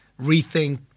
rethink